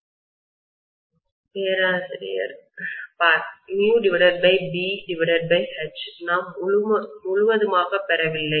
மாணவர் 3950 என பெறுகிறோம் பேராசிரியர் பார் μBH நாம் முழுவதுமாக பெறவில்லை